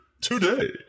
today